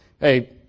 hey